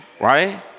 right